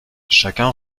chacun